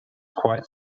quite